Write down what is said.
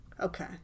okay